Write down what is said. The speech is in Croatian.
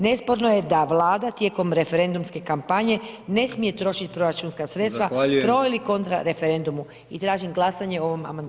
Nesporno je da Vlada tijekom referendumske kampanje ne smije trošit proračunska sredstva [[Upadica: Zahvaljujem…]] proveli kontra referendumu i tražim glasanje o ovom amandmanu.